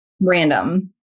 Random